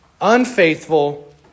unfaithful